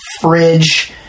fridge